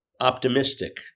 optimistic